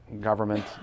government